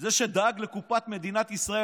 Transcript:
זה שדאג לקופת מדינת ישראל,